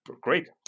Great